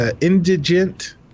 indigent